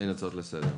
אין הצעות לסדר.